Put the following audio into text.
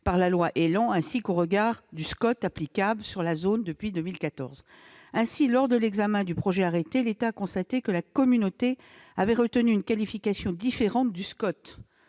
(schéma de cohérence territoriale) applicable sur la zone depuis 2014. Ainsi, lors de l'examen du projet arrêté, l'État a constaté que la communauté avait retenu une qualification différente du SCOT